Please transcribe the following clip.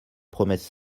promesse